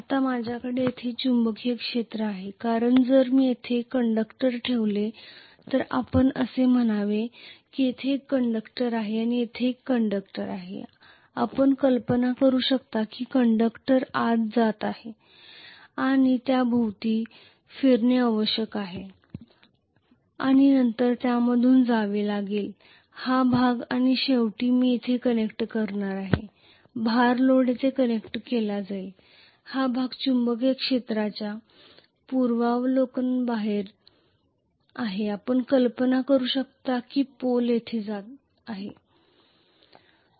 आता माझ्याकडे येथे चुंबकीय क्षेत्र आहे कारण जर मी येथे कंडक्टर ठेवले तर आपण असे सांगावे की येथे एक कंडक्टर आहे आणि येथे एक कंडक्टर आहे आपण कल्पना करू शकता की कंडक्टर आत जात आहे आणि त्याभोवती फिरणे आवश्यक आहे आणि नंतर त्यामधून जावे लागेल हा भाग आणि शेवटी मी येथे कनेक्ट करणार आहे भार लोड येथे कनेक्ट केले जाईल हा भाग चुंबकीय क्षेत्राच्या पूर्वावलोकनाबाहेर आहे आपण कल्पना करू शकता की पोल येथे जात आहे